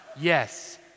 Yes